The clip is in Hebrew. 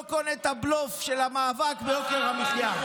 לא קונה את הבלוף של המאבק ביוקר המחיה.